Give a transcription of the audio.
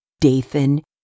Dathan